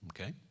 Okay